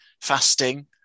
fasting